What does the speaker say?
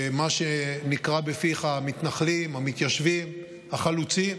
מה שנקרא בפיך "מתנחלים" המתיישבים, החלוצים,